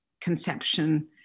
conception